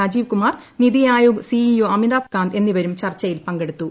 Rajeev Kumar NITI Aayog C E O Amitabh Kant എന്നിവരും ചർച്ചയിൽ പങ്കെടുത്തു